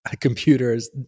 computers